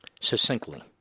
succinctly